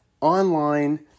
online